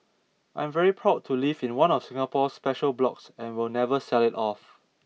I'm very proud to live in one of Singapore's special blocks and will never sell it off